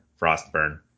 Frostburn